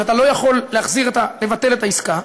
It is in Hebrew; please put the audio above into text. שאתה לא יכול לבטל את העסקה,